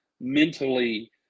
mentally